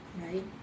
right